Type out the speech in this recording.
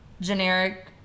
generic